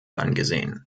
angesehen